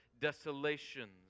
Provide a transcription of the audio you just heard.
Desolations